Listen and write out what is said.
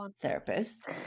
therapist